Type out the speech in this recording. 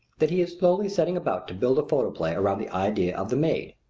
that he is slowly setting about to build a photoplay around the idea of the maid.